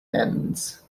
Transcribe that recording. ends